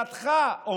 בידיעתך,